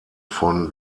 von